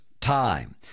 time